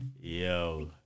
Yo